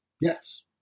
Yes